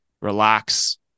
relax